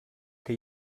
que